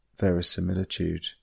verisimilitude